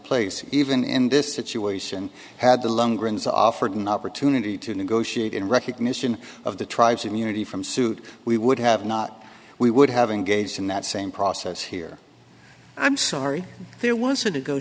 place even in this situation had the long greens offered an opportunity to negotiate in recognition of the tribes immunity from suit we would have not we would have engaged in that same process here i'm sorry there